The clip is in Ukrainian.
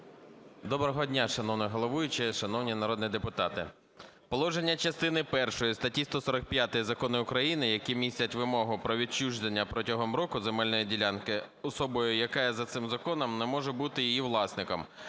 Доброго дня, шановний головуючий, шановні народні депутати. Положення частини першої статті 145 закону України, які містять вимогу про відчуження протягом року земельної ділянки особою, яка за цим законом не може бути її власником,